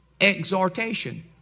exhortation